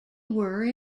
were